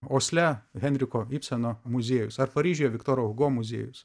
osle henriko ibseno muziejus ar paryžiuje viktoro hugo muziejus